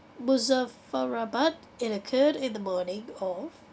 muzaffarabad and occurred in the morning of